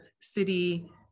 city